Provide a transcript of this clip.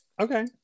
Okay